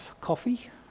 coffee